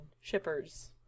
shippers